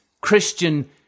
Christian